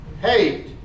hate